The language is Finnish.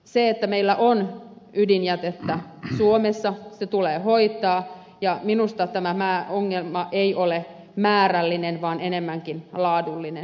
se että meillä on ydinjätettä suomessa tulee hoitaa ja minusta tämä ongelma ei ole määrällinen vaan enemmänkin laadullinen